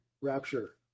rapture